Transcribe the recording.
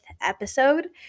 episode